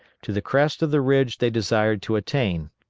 to the crest of the ridge they desired to attain.